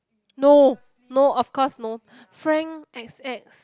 no no of course no Frank ex ex